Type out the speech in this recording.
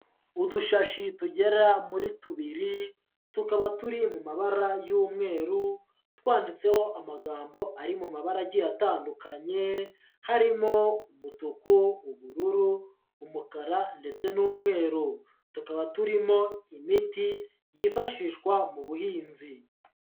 Udushashi tugera muri tubiri, tukaba turi mu mabara y'umweru twanditseho amagambo ari mu mabarage atandukanye harimo: umutuku, ubururu, umukara ndetse n'umweru, tukaba turimo imiti yifashishwa mu buhinzi.